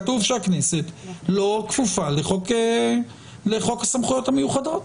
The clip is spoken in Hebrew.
כתוב שהכנסת לא כפופה לחוק הסמכויות המיוחדות.